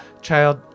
Child